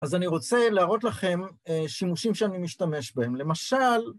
אז אני רוצה להראות לכם שימושים שאני משתמש בהם. למשל...